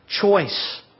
choice